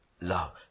love